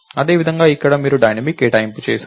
అదేవిధంగా ఇక్కడ మీరు డైనమిక్ కేటాయింపు చేసారు